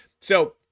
so-